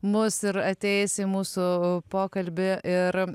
mus ir ateis į mūsų pokalbį ir